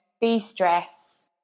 de-stress